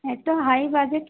এতো high budget